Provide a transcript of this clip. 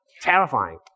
terrifying